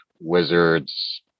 wizards